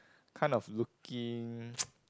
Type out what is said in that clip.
kind of looking